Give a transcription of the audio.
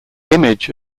image